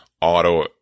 auto